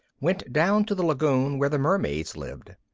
went down to the lagoon where the mermaids lived.